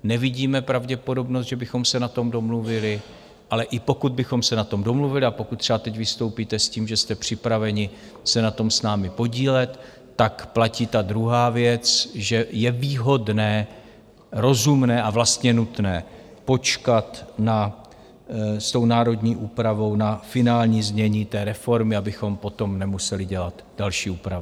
Nevidíme pravděpodobnost, že bychom se na tom domluvili, ale i pokud bychom se na tom domluvili, a pokud třeba teď vystoupíte s tím, že jste připraveni se na tom s námi podílet, platí ta druhá věc, že je výhodné, rozumné a vlastně nutné počkat s národní úpravou na finální znění reformy, abychom potom nemuseli dělat další úpravy.